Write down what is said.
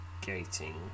Gating